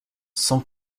sans